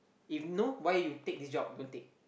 if no why you take this job don't take